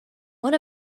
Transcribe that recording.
one